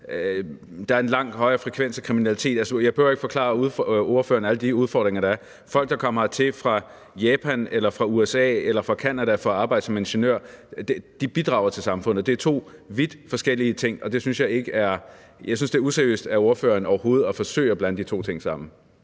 Der er en langt højere frekvens af kriminalitet. Jeg behøver ikke at forklare ordføreren alle de udfordringer, der er. Folk, der kommer hertil fra Japan eller fra USA eller fra Canada for at arbejde som ingeniør, bidrager til samfundet. Det er to vidt forskellige ting, og jeg synes, det er useriøst af ordføreren overhovedet at forsøge at blande de to ting sammen.